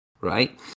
right